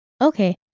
Okay